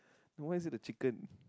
no why is it a chicken